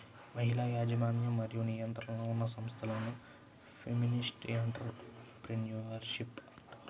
మహిళల యాజమాన్యం మరియు నియంత్రణలో ఉన్న సంస్థలను ఫెమినిస్ట్ ఎంటర్ ప్రెన్యూర్షిప్ అంటారు